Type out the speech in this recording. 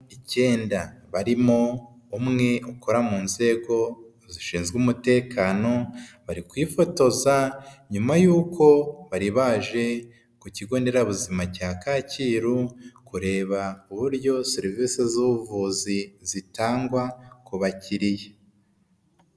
Icyenda barimo bamwe ukora mu nzego zishinzwe umutekano, bari kwifotoza nyuma yuko bari baje ku kigo nderabuzima cya Kacyiru kureba uburyo serivise z'ubuvuzi zitangwa ku bakiriya.